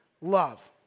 love